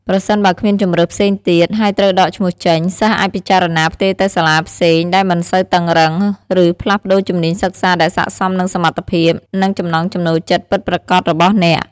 ប្រសិនបើគ្មានជម្រើសផ្សេងទៀត ហើយត្រូវដកឈ្មោះចេញ សិស្សអាចពិចារណាផ្ទេរទៅសាលាផ្សេងដែលមិនសូវតឹងរ៉ឹង ឬផ្លាស់ប្តូរជំនាញសិក្សាដែលស័ក្តិសមនឹងសមត្ថភាព និងចំណង់ចំណូលចិត្តពិតប្រាកដរបស់អ្នក។